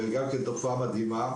זו גם כן תופעה מדהימה.